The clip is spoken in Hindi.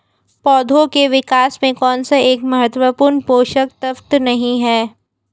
पौधों के विकास में कौन सा एक महत्वपूर्ण पोषक तत्व नहीं है?